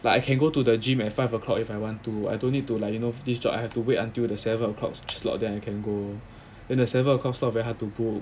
but you can go to the gym at five o'clock if I want to I don't need to lion of this job I have to wait until the seven o'clock slot then you can go and several coastal very hard to pull